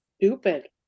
stupid